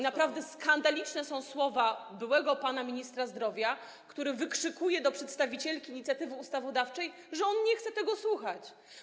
Naprawdę skandaliczne są słowa byłego ministra zdrowia, który wykrzykuje do przedstawicielki inicjatywy ustawodawczej, że nie chce tego słuchać.